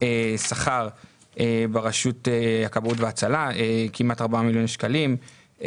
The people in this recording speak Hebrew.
שכר ברשות הכבאות וההצלה, כמעט 4 מיליוני שקלים.